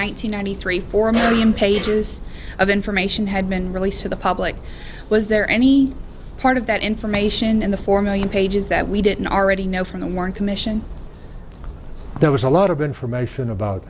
hundred three for a million pages of information had been released to the public was there any part of that information in the four million pages that we didn't already know from the warren commission there was a lot of information about